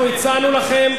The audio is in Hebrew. אנחנו הצענו לכם,